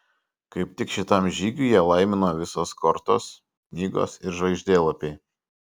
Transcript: kaip tik šitam žygiui ją laimino visos kortos knygos ir žvaigždėlapiai